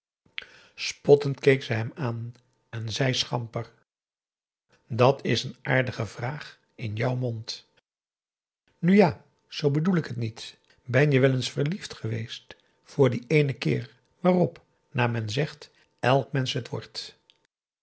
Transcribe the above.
keek ze hem aan en zei schamper dat is een aardige vraag in jou mond nu ja z bedoel ik het niet ben je wel eens verliefd geweest voor dien eenen keer waarop naar men zegt elk mensch het wordt